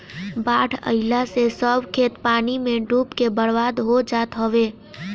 बाढ़ आइला से सब खेत पानी में डूब के बर्बाद हो जात हवे